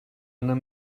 anar